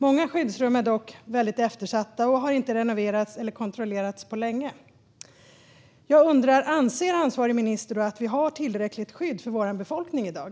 Många skyddsrum är dock väldigt eftersatta och har inte renoverats eller kontrollerats på länge. Anser ansvarig minister att vi har tillräckligt skydd för vår befolkning i dag?